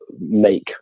make